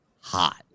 hot